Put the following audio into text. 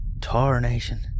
tarnation